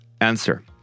answer